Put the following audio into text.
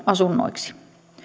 asunnoiksi